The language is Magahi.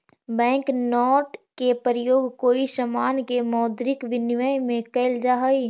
बैंक नोट के प्रयोग कोई समान के मौद्रिक विनिमय में कैल जा हई